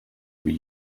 were